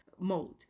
mode